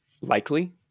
likely